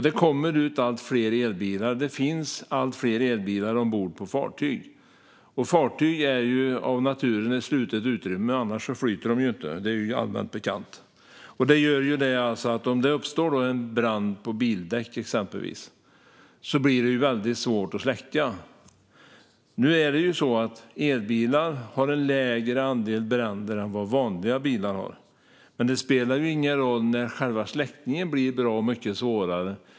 Det kommer ut allt fler elbilar, och det finns allt fler elbilar ombord på fartyg. Fartyg är av naturen slutna utrymmen - annars flyter de inte, vilket är allmänt bekant - och det gör ju att det blir väldigt svårt att släcka en brand som uppstår exempelvis på bildäck. Nu är det så att elbilar har en lägre andel bränder än vad vanliga bilar har, men det spelar ju ingen roll när själva släckningen av en elbil är bra mycket svårare.